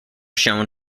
shown